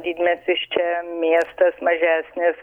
didmiestis čia miestas mažesnis